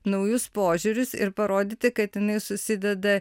naujus požiūrius ir parodyti kad jinai susideda